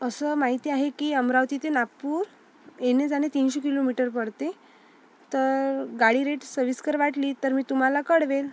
असं माहिती आहे की अमरावती ते नागपूर येणे जाणे तीनशे किलोमीटर पडते तर गाडी रेट सविस्कर वाटली तर मी तुम्हाला कळवेल